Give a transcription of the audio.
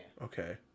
Okay